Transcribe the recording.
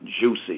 juicy